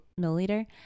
milliliter